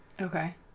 Okay